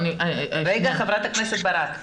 --- רגע ח"כ ברק.